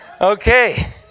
Okay